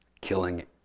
Killing